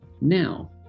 now